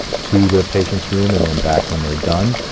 to the patient's room and then back when they're done.